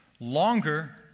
Longer